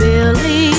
Billy